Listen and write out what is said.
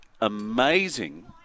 amazing